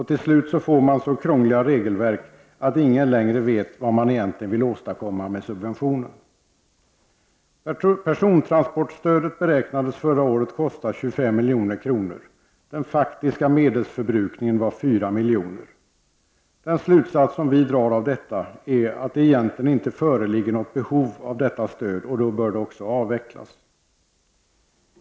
Till slut får man så krångliga regelverk att ingen längre vet vad man egentligen vill åstadkomma med subventionen. Persontransportstödet beräknades förra året kosta 25 milj.kr. Den faktiska medelsförbrukningen var 4 milj.kr. Den slutsats vi drar av detta är att det egentligen inte föreligger något behov av detta stöd, och då bör det också avvecklas.